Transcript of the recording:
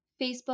Facebook